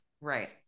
Right